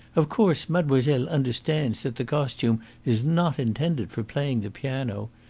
of course, mademoiselle understands that the costume is not intended for playing the piano.